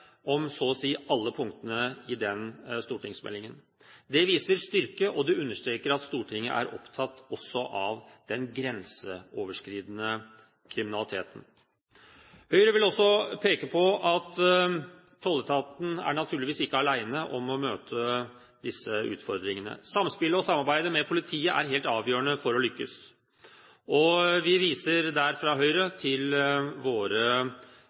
alle punktene i den stortingsmeldingen. Det viser styrke, og det understreker at Stortinget er opptatt av også den grenseoverskridende kriminaliteten. Høyre vil også peke på at tolletaten naturligvis ikke er alene om å møte disse utfordringene. Samspillet og samarbeidet med politiet er helt avgjørende for å lykkes, og der viser vi fra Høyres side til våre